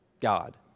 God